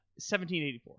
1784